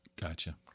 Gotcha